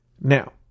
Now